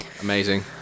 Amazing